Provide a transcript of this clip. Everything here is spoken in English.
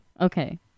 okay